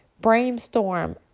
brainstorm